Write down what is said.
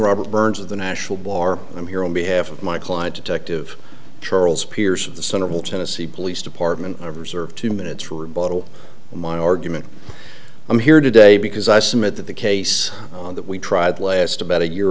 robert burns of the national bar i'm here on behalf of my client detective charles pierce of the central tennessee police department never served two minutes rebuttal in my argument i'm here today because i submit that the case that we tried last about a year